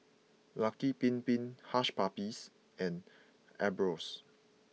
Lucky Bin Bin Hush Puppies and Ambros